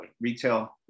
retail